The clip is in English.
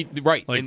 Right